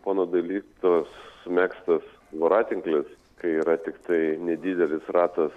pono dailydkos sumegztas voratinklis kai yra tiktai nedidelis ratas